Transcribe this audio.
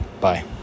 Bye